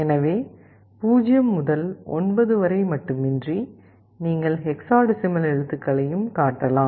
எனவே 0 முதல் 9 வரை மட்டுமின்றி நீங்கள் ஹெக்ஸாடெசிமல் எழுத்துக்களையும் காட்டலாம்